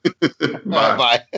Bye-bye